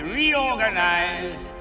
reorganized